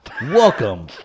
welcome